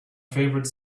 favorite